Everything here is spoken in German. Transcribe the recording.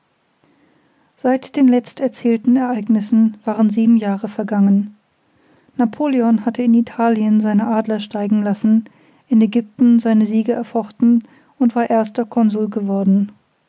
seit den letzt erzählten ereignissen waren sieben jahre vergangen napoleon hatte in italien seine adler steigen lassen in aegypten seine siege erfochten und war erster consul geworden